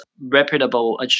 reputable